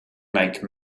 make